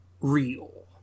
real